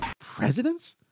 Presidents